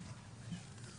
אוקיי.